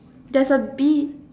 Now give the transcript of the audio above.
there's a bee